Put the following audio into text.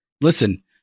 listen